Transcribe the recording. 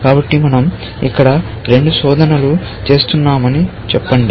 కాబట్టి మనం ఇక్కడ రెండు శోధనలు చేస్తున్నామని చెప్పండి